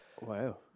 Wow